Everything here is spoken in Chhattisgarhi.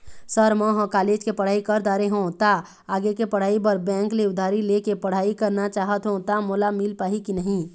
सर म ह कॉलेज के पढ़ाई कर दारें हों ता आगे के पढ़ाई बर बैंक ले उधारी ले के पढ़ाई करना चाहत हों ता मोला मील पाही की नहीं?